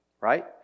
right